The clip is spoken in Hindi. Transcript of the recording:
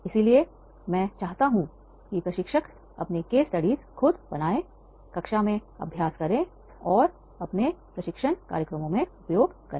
इसलिए मैं चाहता हूं कि प्रशिक्षक अपने केस स्टडीज खुद बनाएं कक्षा में अभ्यास करें और अपने प्रशिक्षण कार्यक्रमों में उपयोग करें